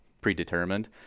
predetermined